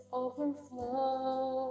overflow